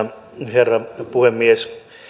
herra puhemies